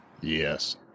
Yes